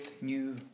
new